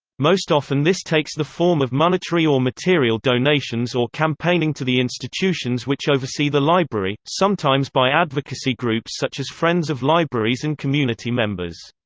most often this takes the form of monetary or material donations or campaigning to the institutions which oversee the library, sometimes by advocacy groups such as friends of libraries and community members.